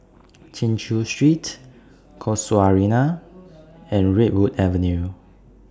Chin Chew Street Casuarina and Redwood Avenue